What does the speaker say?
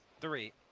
Three